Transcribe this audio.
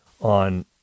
on